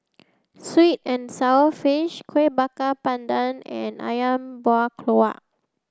Sweet and Sour Fish Kueh Bakar Pandan and Ayam Buah Keluak